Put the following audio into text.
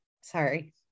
sorry